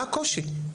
אז אני שואל, מה הקושי?